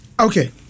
Okay